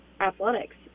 athletics